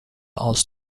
aus